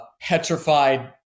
petrified